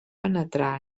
penetrar